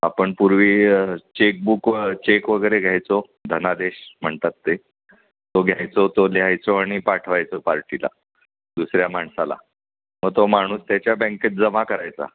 आपण पूर्वी चेकबुक व चेक वगैरे घ्यायचो धनादेश म्हणतात ते तो घ्यायचो तो लिहायचो आणि पाठवायचो पार्टीला दुसऱ्या माणसाला व तो माणूस त्याच्या बँकेत जमा करायचा